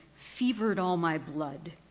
fevered all my blood.